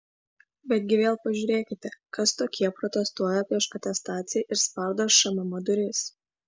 betgi vėl pažiūrėkite kas tokie protestuoja prieš atestaciją ir spardo šmm duris